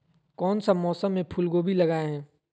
कौन सा मौसम में फूलगोभी लगाए?